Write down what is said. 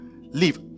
leave